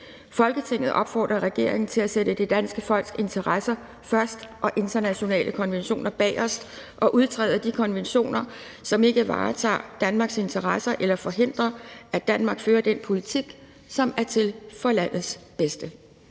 Folketinget opfordrer regeringen til at sætte det danske folks interesser først og internationale konventioner bagerst og udtræde af de konventioner, som ikke varetager Danmarks interesser eller forhindrer, at Danmark fører den politik, som er for landets bedste.«